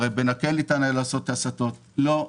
הרי בנקל ניתן היה לעשות הסטות אבל לא,